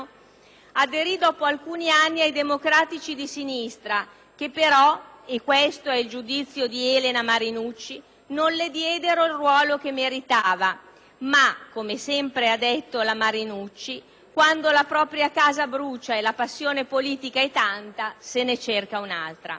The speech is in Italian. aderì dopo alcuni anni ai Democratici di Sinistra che però - questo è il giudizio di Elena Marinucci - non le diedero il ruolo che meritava; ma - come ha detto sempre la Marinucci - quando la propria casa brucia e la passione politica è tanta, se ne cerca un'altra.